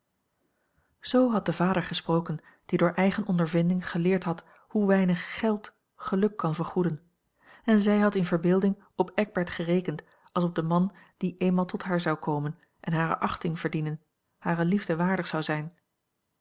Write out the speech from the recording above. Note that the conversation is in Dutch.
zoo had de vader gesproken die door eigen ondervinding geleerd had hoe weinig geld geluk kan vergoeden en zij had in verbeelding a l g bosboom-toussaint langs een omweg op eckbert gerekend als op den man die eenmaal tot haar zou komen en hare achting verdienen hare liefde waardig zou zijn